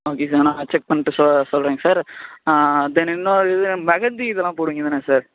okay sir நான் check பண்ணிட்டு சொ சொல்கிறேங்க சார் தென் இன்னோரு இது மெகந்தி இதெல்லாம் போடுவீங்கள் தானே சார்